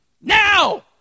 Now